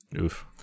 Oof